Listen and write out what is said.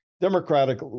Democratic